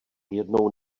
jednou